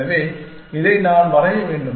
எனவே இதை நான் வரைய வேண்டும்